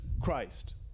Christ